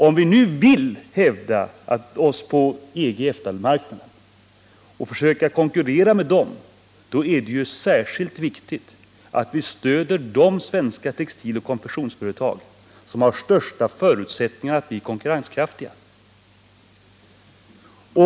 Om vi nu vill hävda oss på EG/EFTA-marknaden och försöka konkurrera med dessa länder, är det ju särskilt viktigt att vi stöder de svenska textiloch konfektionsföretag som har de största förutsättningarna att bli konkurrenskraftiga.